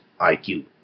IQ